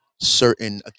certain